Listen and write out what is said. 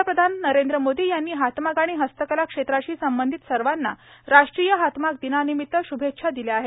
पंतप्रधान नरेंद्र मोदी यांनी हातमाग आणि हस्तकला क्षेत्राशी संबंधित सर्वाना राष्ट्रीय हातमाग दिनानिमित श्भेच्छा दिल्या आहेत